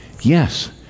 Yes